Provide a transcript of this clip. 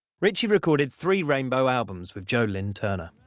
ritchie recorded three rainbow albums with joe lynn turner.